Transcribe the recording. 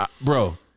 Bro